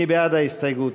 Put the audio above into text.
מי בעד ההסתייגות?